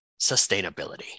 sustainability